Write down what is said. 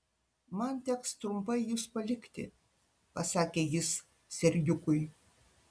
man teks trumpai jus palikti pasakė jis serdiukui